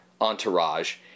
entourage